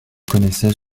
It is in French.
connaissait